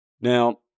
Now